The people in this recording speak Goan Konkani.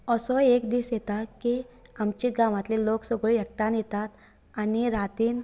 असो एक दिस येता की आमचे गावांतले लोक सगळे एखठांय येतात आनी रातीन